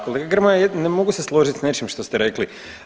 Kolega Grmoja ne mogu se složiti sa nečim što ste rekli.